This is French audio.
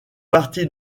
partie